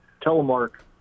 Telemark